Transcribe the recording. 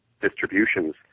distributions